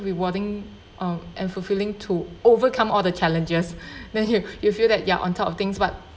rewarding oh and fulfilling to overcome all the challenges then you you feel that you're on top of things but